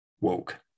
woke